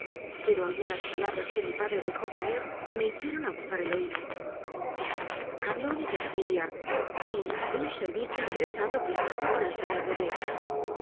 pero algunas palabras que mi padre dejó caer me hicie ron aguzar el oído habló de perfidia y de un ser vicio interesado prestado por el señor de